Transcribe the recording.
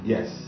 Yes